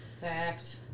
Fact